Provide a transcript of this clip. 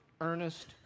Ernest